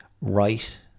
right